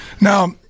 Now